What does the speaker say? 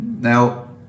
Now